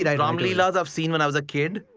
yeah ram leelas i've seen when i was a kid.